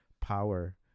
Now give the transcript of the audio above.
power